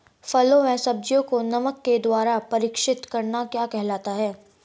फलों व सब्जियों को नमक के द्वारा परीक्षित करना क्या कहलाता है?